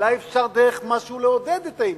אולי אפשר דרך משהו לעודד את העניין.